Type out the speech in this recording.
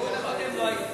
ומדובר על כך